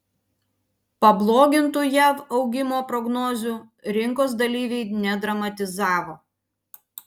pablogintų jav augimo prognozių rinkos dalyviai nedramatizavo